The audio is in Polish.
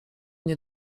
nie